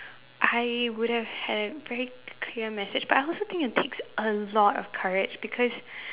I would have had break clear message but I also think that takes a lot of courage because